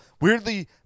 weirdly